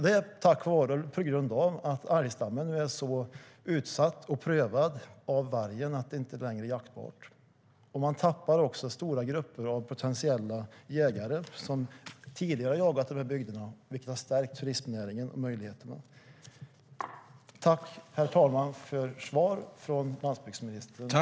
Det sker på grund av att älgstammen är så utsatt och prövad av vargen att den inte längre är jaktbar. Därmed tappar man stora grupper jägare, sådana som tidigare jagat i bygderna, vilket i sin tur stärkt turistnäringen och dess möjligheter.